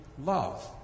love